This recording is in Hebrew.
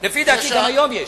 לפי דעתי גם היום יש.